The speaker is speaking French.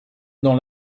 dans